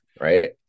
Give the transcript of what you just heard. right